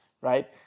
right